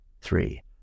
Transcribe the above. three